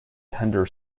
tender